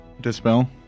Dispel